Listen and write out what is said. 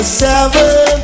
seven